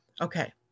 Okay